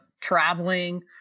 traveling